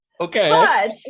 Okay